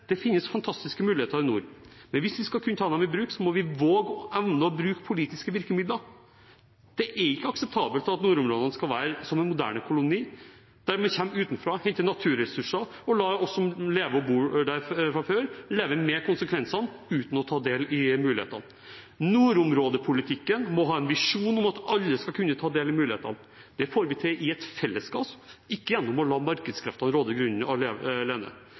allerede finnes. Det finnes fantastiske muligheter i nord, men hvis vi skal kunne ta dem i bruk, må vi våge og evne å bruke politiske virkemidler. Det er ikke akseptabelt at nordområdene skal være en moderne koloni, at en kommer utenfra, henter naturressurser og lar oss som lever og bor der fra før, leve med konsekvensene uten å ta del i mulighetene. Nordområdepolitikken må ha en visjon om at alle skal kunne ta del i mulighetene. Det får vi til i et fellesskap, ikke gjennom å la markedskreftene råde grunnen